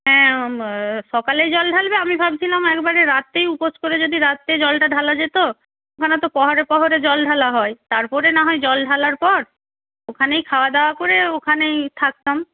হ্যাঁ সকালে জল ঢালবে আমি ভাবছিলাম একেবারে রাত্রেই উপোস করে যদি রাত্রে জলটা ঢালা যেত ওখানে তো প্রহরে প্রহরে জল ঢালা হয় তারপরে না হয় জল ঢালার পর ওখানেই খাওয়া দাওয়া করে ওখানেই থাকতাম